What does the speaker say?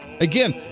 Again